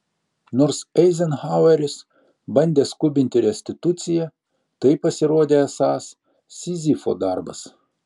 nors eizenhaueris bandė skubinti restituciją tai pasirodė esąs sizifo darbas